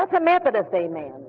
a methodist amen.